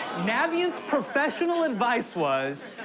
navient's professional advice was,